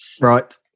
Right